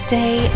day